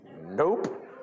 nope